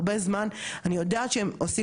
ואנחנו מקבלים תשובות על העניין הזה,